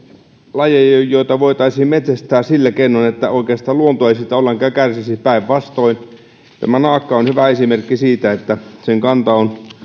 lajeja joita voitaisiin metsästää sillä keinoin että oikeastaan luonto ei siitä ollenkaan kärsisi päinvastoin naakka on hyvä esimerkki siitä että sen kanta on